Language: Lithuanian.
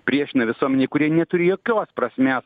priešina visuomenei kurie neturi jokios prasmės